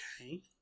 Okay